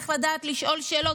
איך לדעת לשאול שאלות,